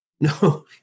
no